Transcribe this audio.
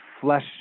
flesh